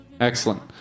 Excellent